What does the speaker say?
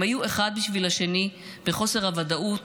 הם היו אחד בשביל השני בחוסר הוודאות